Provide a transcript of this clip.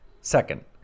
Second